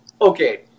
Okay